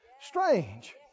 strange